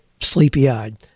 sleepy-eyed